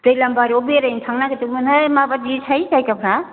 दैलामबारियाव बेरायनो थांनो नागिरदोंमोनहाय माबायदिथाय जायगाफ्रा